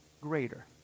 greater